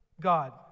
God